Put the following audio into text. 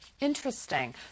Interesting